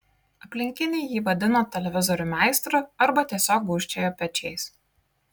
aplinkiniai jį vadino televizorių meistru arba tiesiog gūžčiojo pečiais